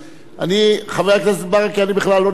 חבר הכנסת ברכה, אני בכלל לא נבהל.